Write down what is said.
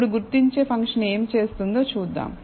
ఇప్పుడు గుర్తించే ఫంక్షన్ ఏమి చేస్తుందో చూద్దాం